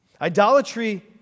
Idolatry